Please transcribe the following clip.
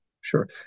Sure